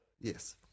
Yes